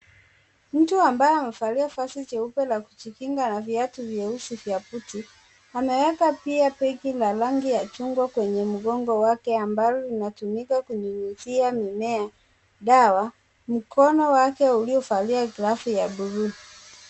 Mtu ambaye amevalia vazi jeupe la kujikinga na viatu vieusi vya buti, ameweka pia tanki la rangi ya chungwa kwenye mgongo wake, ambalo linatumika kunyunyuzia mimea dawa, mkono wake uliovalia glavu ya bluu.